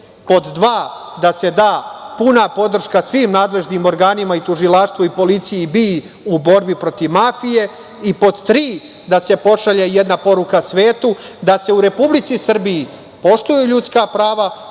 pod dva, da se da puna podrška svim nadležnim organima i tužilaštvu i policiji i BIA u borbi protiv mafije i, pod tri, da se pošalje jedna poruka svetu da se u Republici Srbiji poštuju ljudska prava,